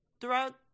throughout